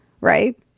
right